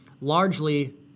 largely